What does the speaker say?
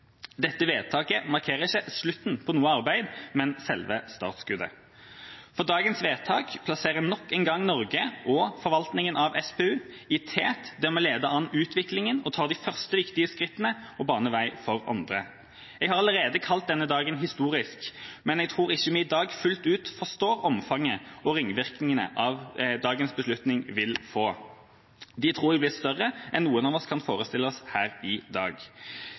Dette vedtaket markerer ikke slutten på noe arbeid, men selve startskuddet. Dagens vedtak plasserer nok en gang Norge og forvaltninga av SPU i tet, der vi leder an i utviklinga, tar de første viktige skrittene og baner vei for andre. Jeg har allerede kalt denne dagen historisk, men jeg tror ikke vi i dag fullt ut forstår omfanget og ringvirkningene dagens beslutning vil få. De tror jeg blir større enn noen av oss kan forestille oss her i dag.